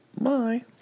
bye